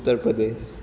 ઉતર પ્રદેશ